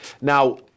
Now